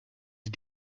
sie